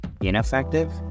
ineffective